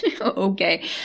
Okay